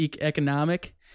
economic